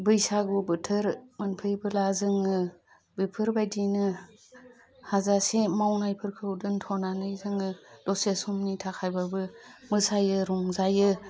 बैसागु बोथोर मोनफैब्ला जोङो बेफोरबायदिनो हाजासे मावनायफोरखौ दोनथ'नानै जोङो दसे समनि थाखायबाबो मोसायो रंजायो